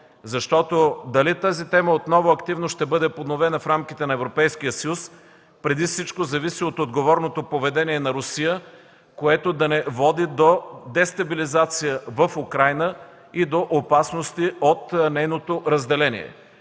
защото дали тази тема отново активно ще бъде подновена в рамките на Европейския съюз, преди всичко зависи от отговорното поведение на Русия, което да не води до дестабилизация в Украйна и до опасности от нейното разделение.